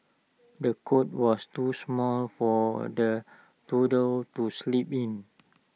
the cot was too small for the toddler to sleep in